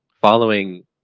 following